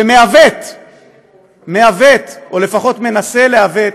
ומעוות, מעוות, או לפחות מנסה לעוות,